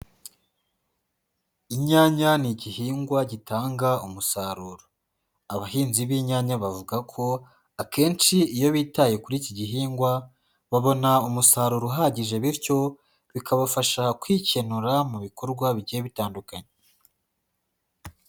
Inyanya ni igihingwa gitanga umusaruro. Abahinzi b'inyanya bavuga ko akenshi iyo bitaye kuri iki gihingwa, babona umusaruro uhagije bityo bikabafasha kwikenura mu bikorwa bigiye bitandukanye.